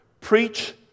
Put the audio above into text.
Preach